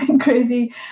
crazy